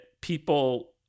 people